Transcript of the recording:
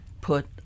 put